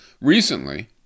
Recently